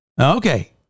Okay